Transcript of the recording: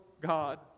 God